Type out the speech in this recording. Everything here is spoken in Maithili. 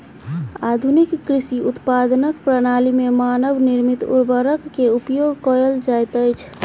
आधुनिक कृषि उत्पादनक प्रणाली में मानव निर्मित उर्वरक के उपयोग कयल जाइत अछि